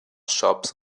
shops